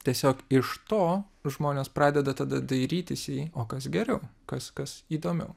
tiesiog iš to žmonės pradeda tada dairytis į jį o kas geriau kas kas įdomiau